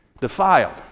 defiled